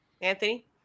Anthony